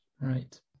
right